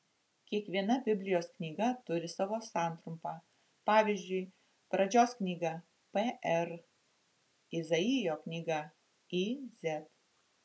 kiekviena biblijos knyga turi savo santrumpą pavyzdžiui pradžios knyga pr izaijo knyga iz